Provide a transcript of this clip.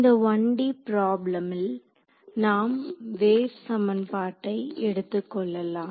இந்த 1D ப்ராப்ளம்ல் நாம் வேவ் சமன்பாட்டை எடுத்துக் கொள்ளலாம்